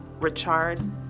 Richard